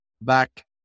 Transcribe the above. back